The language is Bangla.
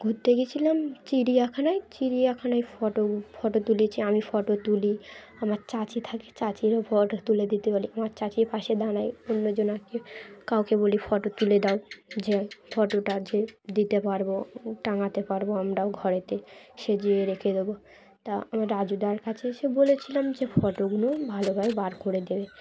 ঘুরতে গিয়েছিলাম চিড়িয়াখানায় চিড়িয়াখানায় ফটো ফটো তুলেছি আমি ফটো তুলি আমার চাচি থাকে চাচিরও ফটো তুলে দিতে বলি আমার চাচির পাশে দাঁড়ায় অন্যজনাকে কাউকে বলি ফটো তুলে দাও যে ফটোটা যে দিতে পারবো টাঙাতে পারবো আমরাও ঘরেতে সাজিয়ে রেখে দেবো তা আমার রাজুদার কাছে এসে বলেছিলাম যে ফটোগোগুলো ভালোভাবে বার করে দেবে